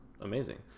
amazing